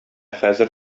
хәзер